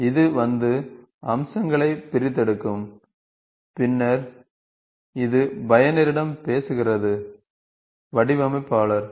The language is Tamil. இது வந்து அம்சங்களை பிரித்தெடுக்கும் பின்னர் இது பயனரிடம் பேசுகிறது வடிவமைப்பாளர்